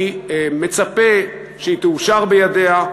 אני מצפה שהיא תאושר בידיה.